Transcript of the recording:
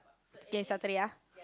K Saturday ah